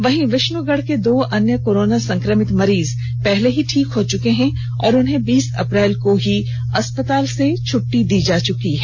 वहीं विष्णुगढ़ के दो अन्य कोरोना संक्रमित मरीज पहले ही ठीक हो चुके हैं और उन्हें बीस अप्रैल को ही अस्पताल से छुट्टी दी जा चुकी है